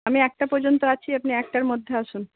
আমি একটা পর্যন্ত আছি আপনি একটার মধ্যে আসুন